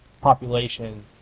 population